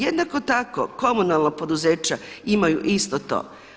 Jednako tako komunalna poduzeća imaju isto to.